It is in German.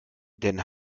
den